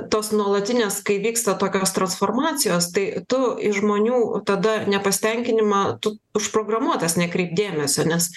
tos nuolatinės kai vyksta tokios transformacijos tai tu iš žmonių tada nepasitenkinimą tų užprogramuotas nekreipt dėmesio nes